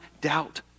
doubt